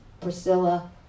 Priscilla